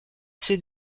c’est